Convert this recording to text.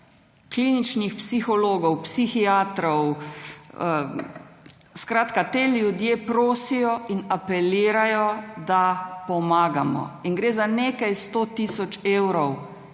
kliničnih psihologov, psihiatrov. Ti ljudje prosijo in apelirajo, da pomagamo. Gre za nekaj sto tisoč evrov,